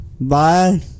Bye